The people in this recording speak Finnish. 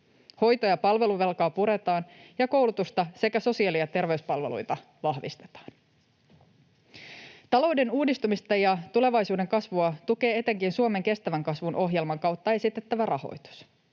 Hoito- ja palveluvelkaa puretaan ja koulutusta sekä sosiaali- ja terveyspalveluita vahvistetaan. Talouden uudistumista ja tulevaisuuden kasvua tukee etenkin Suomen kestävän kasvun ohjelman kautta esitettävä rahoitus.